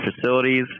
facilities